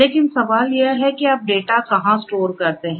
लेकिन सवाल यह है कि आप डेटा कहां स्टोर करते हैं